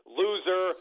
loser